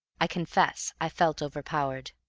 i confess i felt overpowered.